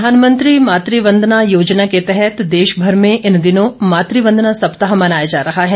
मातवंदना प्रधानमंत्री मातृवंदना योजना के तहत देशभर में इन दिनों मातृवंदना सप्ताह मनाया जा रहा है